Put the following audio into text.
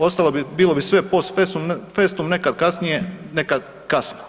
Ostalo bi, bilo bi sve post festum nekad kasnije, nekad kasno.